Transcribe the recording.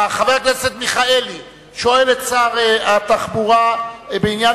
חבר הכנסת מיכאלי שואל את שר התחבורה בעניין